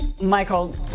Michael